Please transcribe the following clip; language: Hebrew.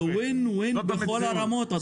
זה Win-Win בכל הרמות.